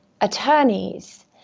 attorneys